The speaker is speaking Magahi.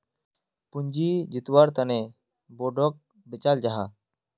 पूँजी जुत्वार तने बोंडोक बेचाल जाहा